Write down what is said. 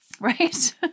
right